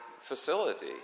facility